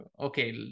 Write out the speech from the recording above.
Okay